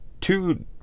two